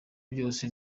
byose